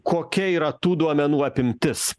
kokia yra tų duomenų apimtis